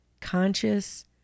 conscious